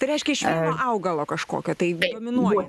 tai reiškia iš vieno augalo kažkokią tai dominuoja